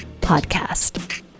Podcast